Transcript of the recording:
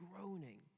groaning